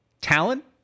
talent